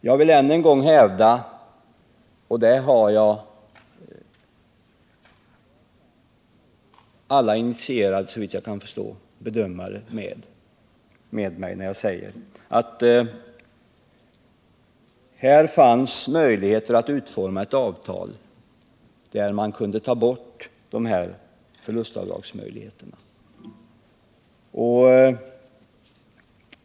Jag vill än en gång hävda — och jag har såvitt jag kan förstå alla initierade bedömare bakom mig i det avseendet — att det fanns möjligheter att utforma ett avtal som hade uteslutit de aktuella förlustavdragsmöjligheterna.